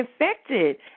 infected